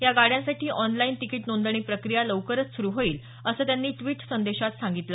या गाड्यांसाठी ऑनलाईन तिकीट नोंदणी प्रक्रिया लवकरच सुरु होईल असं त्यांनी ड्विट संदेशात सांगितलं